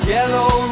Yellow